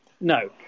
No